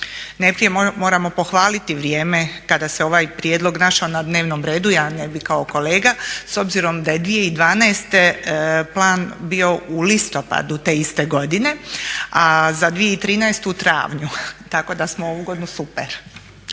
Najprije moramo pohvaliti vrijeme kada se ovaj prijedlog našao na dnevnom redu, ja ne bih kao kolega s obzirom da je 2012. plan bio u listopadu te iste godine, a za 2013. u travnju tako da smo ovu godinu super.